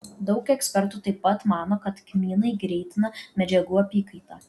daug ekspertų taip pat mano kad kmynai greitina medžiagų apykaitą